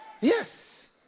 yes